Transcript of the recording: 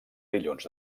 dilluns